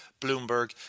Bloomberg